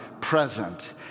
present